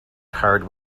card